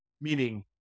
meaning